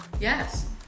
yes